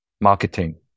marketing